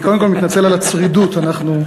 אני קודם כול מתנצל על הצרידות, אנחנו,